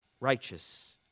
Righteous